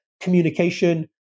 communication